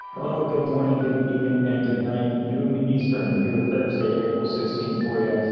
hello, good morning, good evening, and good night, noon eastern here thursday april sixteenth for you,